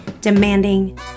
demanding